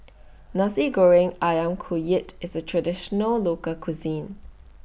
Nasi Goreng Ayam Kunyit IS A Traditional Local Cuisine